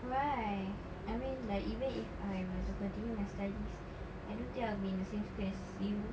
why I mean like even if I were to continue my studies I don't think I'll be in the same school as you